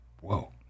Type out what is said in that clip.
Whoa